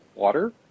Water